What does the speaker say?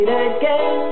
again